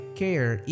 care